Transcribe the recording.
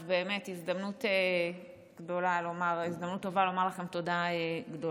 אז באמת זו הזדמנות טובה לומר לכם תודה גדולה.